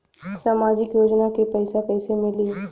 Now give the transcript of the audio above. सामाजिक योजना के पैसा कइसे मिली?